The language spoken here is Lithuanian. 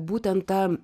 būtent tą